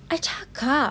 I cakap